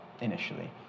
initially